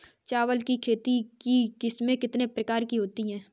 चावल की खेती की किस्में कितने प्रकार की होती हैं?